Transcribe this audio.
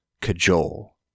cajole